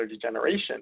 degeneration